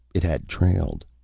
it had trailed.